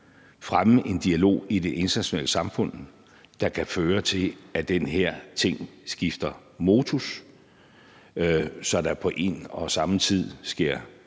fremme en dialog i det internationale samfund, der kan føre til, at den her ting skifter modus, så der på en og samme tid sker